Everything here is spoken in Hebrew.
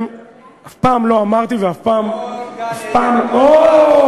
אף פעם לא אמרתי, ואף פעם, הכול גן-עדן.